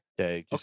Okay